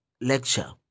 lecture